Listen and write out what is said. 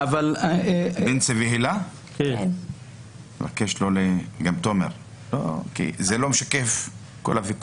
תומר, אם ביקשת נתונים, אתה יכול לבקש דרך